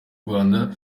rwanda